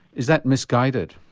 is that misguided?